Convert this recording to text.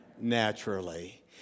naturally